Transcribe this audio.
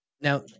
Now